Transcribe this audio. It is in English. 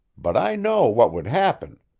but i know what would happen.